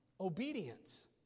Obedience